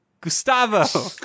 Gustavo